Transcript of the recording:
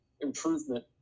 improvement